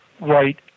right